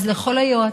אז כל היועצים,